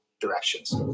directions